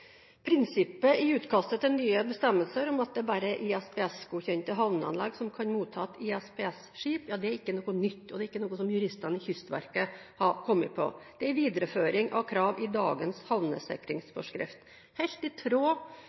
Prinsippet i utkastet til de nye bestemmelser om at det bare er ISPS-godkjente havneanlegg som kan motta ISPS-skip, er ikke noe nytt, og det er ikke noe som juristene i Kystverket har kommet på. Det er en videreføring av krav i dagens havnesikringsforskrift, helt i tråd